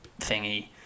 thingy